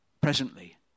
Presently